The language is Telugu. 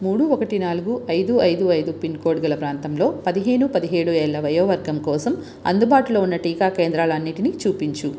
మూడు ఒకటి నాలుగు ఐదు ఐదు ఐదు పిన్ కోడ్ గల ప్రాంతంలో పదిహేను పదిహేడు ఏళ్ళ వయోవర్గం కోసం అందుబాటులో ఉన్న టీకా కేంద్రాలు అన్నింటినీ చూపించుము